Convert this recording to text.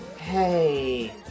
Hey